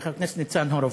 חבר הכנסת ניצן הורוביץ?